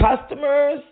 customers